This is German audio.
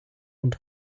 und